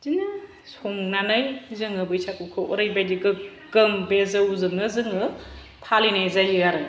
बिदिनो संनानै जोङो बैसागुखौ ओरैबादि गोगोम बे जौजोंनो जोङो फालिनाय जायो आरो